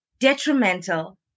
detrimental